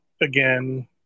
again